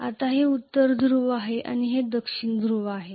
आता हे उत्तर ध्रुव आहे आणि हे दक्षिण ध्रुव आहे